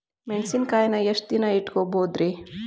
ಮೆಣಸಿನಕಾಯಿನಾ ಎಷ್ಟ ದಿನ ಇಟ್ಕೋಬೊದ್ರೇ?